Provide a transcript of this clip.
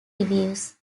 reviews